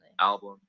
album